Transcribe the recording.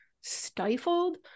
stifled